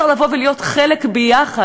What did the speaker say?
כי בסוף תהליך אי-אפשר לבוא ולהיות חלק ביחד,